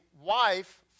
wife